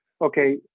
okay